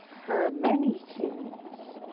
her many sins.